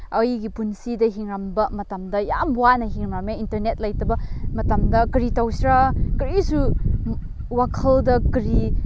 ꯑꯩꯒꯤ ꯄꯨꯟꯁꯤꯗ ꯍꯤꯡꯂꯝꯕ ꯃꯇꯝꯗ ꯌꯥꯝ ꯋꯥꯅ ꯍꯤꯡꯉꯝꯃꯦ ꯏꯟꯇꯔꯅꯦꯠ ꯂꯩꯇꯕ ꯃꯇꯝꯗ ꯀꯔꯤ ꯇꯧꯁꯤꯔꯥ ꯀꯔꯤꯁꯨ ꯋꯥꯈꯜꯗ ꯀꯔꯤ